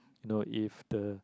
no if the